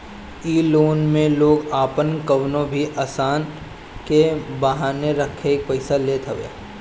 इ लोन में लोग आपन कवनो भी सामान के बान्हे रखके पईसा लेत हवे